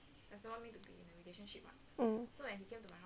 mm